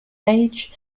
age